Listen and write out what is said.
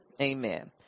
Amen